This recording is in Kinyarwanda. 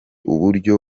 uburyo